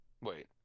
Wait